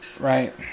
Right